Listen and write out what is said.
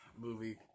movie